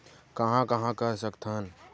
कहां कहां कर सकथन?